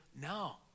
no